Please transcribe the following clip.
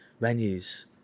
venues